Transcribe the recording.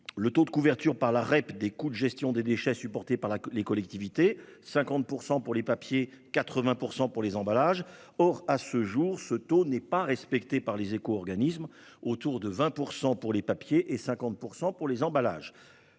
le taux de couverture par la REP des coûts de gestion des déchets supportés par les collectivités : 50 % pour les papiers, 80 % pour les emballages. Or, à ce jour, ce taux n'est pas respecté par les éco-organismes : autour de 20 % pour les papiers et 50 % pour les emballages.